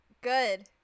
Good